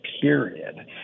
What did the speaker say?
period